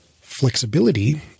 flexibility